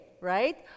right